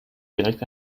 direkt